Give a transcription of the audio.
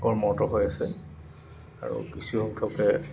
কৰ্মৰত হৈ আছে আৰু কিছুসংখ্যকে